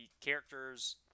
characters